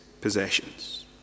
possessions